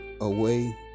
away